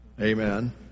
Amen